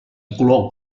color